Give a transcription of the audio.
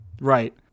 right